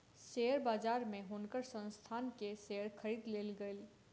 share बजार में हुनकर संस्थान के शेयर खरीद लेल गेल